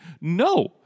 no